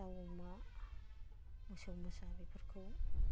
दाव अमा मोसौ मोसा बेफोरखौ